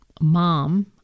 mom